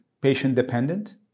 patient-dependent